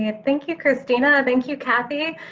ah thank you, cristina. thank you, kathy.